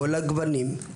כל הגוונים,